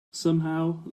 somehow